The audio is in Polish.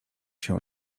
się